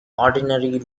ordinary